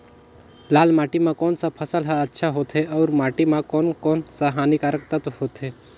लाल माटी मां कोन सा फसल ह अच्छा होथे अउर माटी म कोन कोन स हानिकारक तत्व होथे?